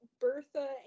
Bertha